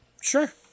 Sure